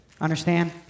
Understand